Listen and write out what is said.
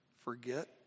Forget